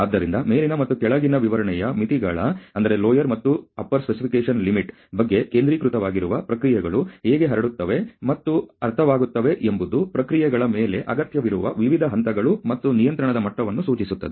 ಆದ್ದರಿಂದ ಮೇಲಿನ ಮತ್ತು ಕೆಳಗಿನ ವಿವರಣೆಯ ಮಿತಿಗಳ ಬಗ್ಗೆ ಕೇಂದ್ರೀಕೃತವಾಗಿರುವ ಪ್ರಕ್ರಿಯೆಗಳು ಹೇಗೆ ಹರಡುತ್ತವೆ ಮತ್ತು ಅರ್ಥವಾಗುತ್ತವೆ ಎಂಬುದು ಪ್ರಕ್ರಿಯೆಗಳ ಮೇಲೆ ಅಗತ್ಯವಿರುವ ವಿವಿಧ ಹಂತಗಳು ಮತ್ತು ನಿಯಂತ್ರಣದ ಮಟ್ಟವನ್ನು ಸೂಚಿಸುತ್ತದೆ